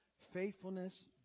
faithfulness